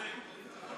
צודק.